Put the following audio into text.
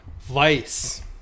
Vice